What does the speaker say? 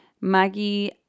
Maggie